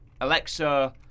Alexa